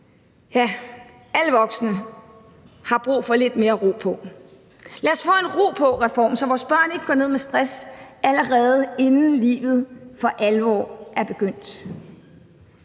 alle voksne har brug for lidt mere ro på. Lad os få en ro på-reform, så vores børn ikke går ned med stress, allerede inden livet for alvor er begyndt.